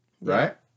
right